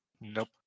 Nope